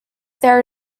there